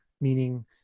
meaning